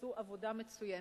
שעשו עבודה מצוינת.